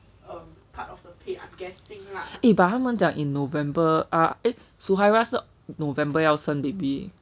eh but 他们讲 in november ah eh shuhairah 是 november 要生 baby